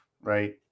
right